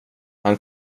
han